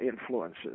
influences